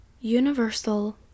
universal